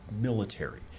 military